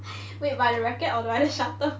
wait by the racket or by the shuttle